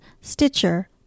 Stitcher